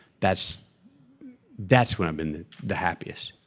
that's that's when i've been the happiest.